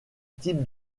type